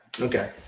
Okay